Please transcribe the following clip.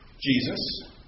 Jesus